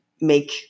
make